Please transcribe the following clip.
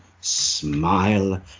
smile